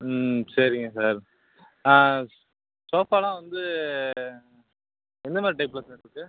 ம் சரிங்க சார் ஆ சோஃபாயெலாம் வந்து எந்த மாதிரி டைப்பில் சார் இருக்குது